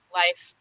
life